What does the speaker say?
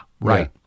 right